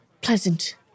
pleasant